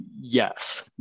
yes